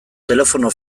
telefono